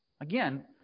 Again